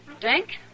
Drink